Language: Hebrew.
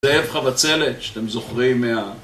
זאב חבצלת, שאתם זוכרים מה...